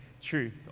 truth